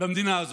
במדינה הזאת?